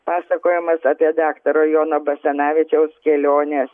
pasakojimas apie daktaro jono basanavičiaus keliones